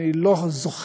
שאני לא זוכר,